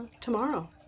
tomorrow